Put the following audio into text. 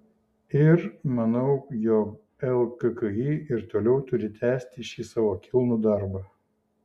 ir manau jog lkki ir toliau turi tęsti šį savo kilnų darbą